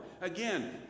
Again